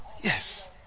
Yes